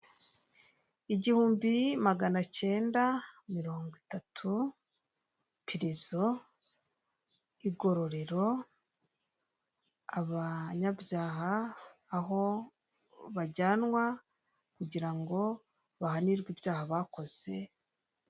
Igihumbi maganacyenda mirongo itatu, pirizo igororero abanyabyaha aho bajyanwa, kugira ngo bahanirwe ibyaha bakoze,...